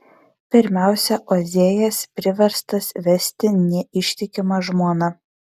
pirmiausia ozėjas priverstas vesti neištikimą žmoną